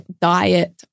diet